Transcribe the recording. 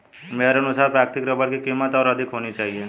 मेरे अनुसार प्राकृतिक रबर की कीमत और अधिक होनी चाहिए